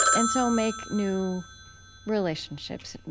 and so make new relationships?